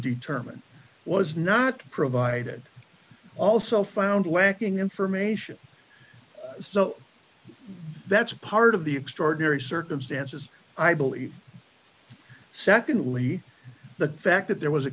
determine was not provided also found lacking information so that's part of the extraordinary circumstances i believe secondly the fact that there was a